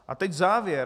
A teď závěr.